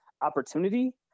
opportunity